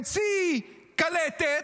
המציא קלטת,